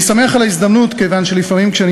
אני שמח על ההזדמנות כיוון שלפעמים כשאני